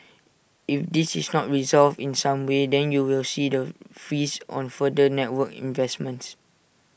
if this is not resolved in some way then you will see the freeze on further network investments